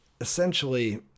essentially